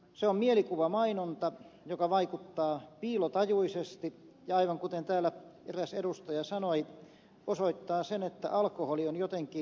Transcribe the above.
se on mielikuvamainonta joka vaikuttaa piilotajuisesti ja aivan kuten täällä eräs edustaja sanoi osoittaa sen että alkoholinkäyttö on jotenkin hyväksyttävää